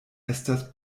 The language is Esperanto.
estas